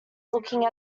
looking